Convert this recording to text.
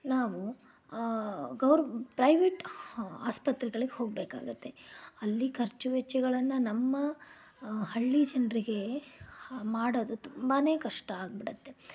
ನಾವು ಗವ್ರ್ ಪ್ರೈವೆಟ್ ಆಸ್ಪತ್ರೆಗಳಿಗೆ ಹೋಗ್ಬೇಕಾಗತ್ತೆ ಅಲ್ಲಿ ಖರ್ಚು ವೆಚ್ಚಗಳನ್ನು ನಮ್ಮ ಹಳ್ಳಿ ಜನರಿಗೆ ಮಾಡೋದು ತುಂಬನೇ ಕಷ್ಟ ಆಗ್ಬಿಡತ್ತೆ